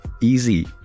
easy